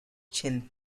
chin